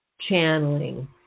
channeling